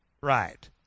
right